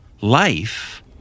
life